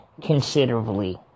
considerably